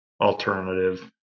Alternative